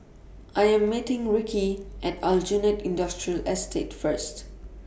I Am meeting Rikki At Aljunied Industrial Estate First